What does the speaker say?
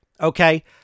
Okay